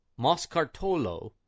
Moscartolo